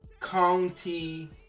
County